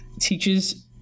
teaches